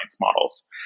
models